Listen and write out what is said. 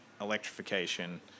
electrification